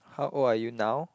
how old are you now